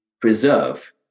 preserve